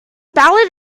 ballad